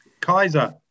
kaiser